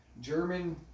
german